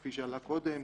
כפי שעלה קודם,